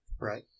right